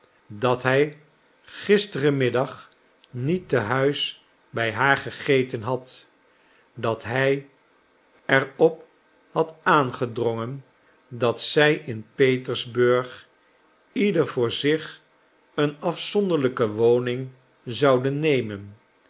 dat hij gisteren middag niet te huis bij haar gegeten had dat hij er op had aangedrongen dat zij in petersburg ieder voor zich een afzonderlijke woning zouden nemen